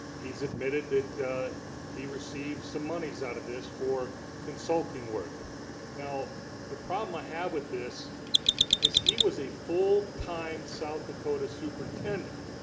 he's admitted that he received some monies out of this for consulting work now the problem. i have with this is he was a full time, south dakota superintendent